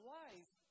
life